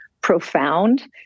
profound